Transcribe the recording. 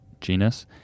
genus